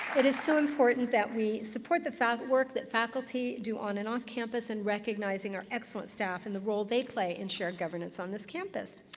it is so important that we support the work that faculty do on and off campus in recognizing our excellent staff, and the role they play in shared governance on this campus.